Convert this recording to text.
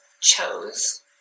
chose